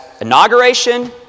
inauguration